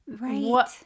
Right